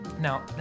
Now